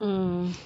mm